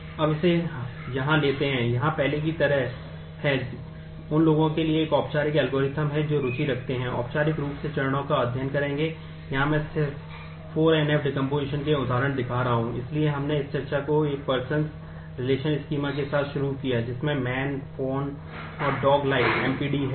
हम इसे यहाँ लेते हैं यहाँ पहले की तरह है जो उन लोगों के लिए एक औपचारिक एल्गोरिथ्म MPD है